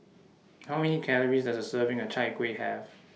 How Many Calories Does A Serving of Chai Kuih Have